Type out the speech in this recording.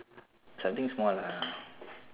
something small lah